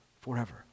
forever